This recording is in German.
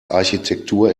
architektur